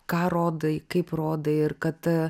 ką rodai kaip rodai ir kad